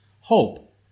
hope